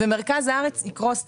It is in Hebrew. ומרכז הארץ יקרוס תשתיתית.